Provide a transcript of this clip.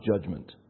Judgment